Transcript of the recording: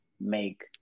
make